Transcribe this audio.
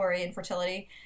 infertility